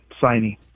signing